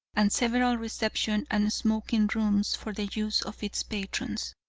and several reception and smoking rooms for the use of its patrons.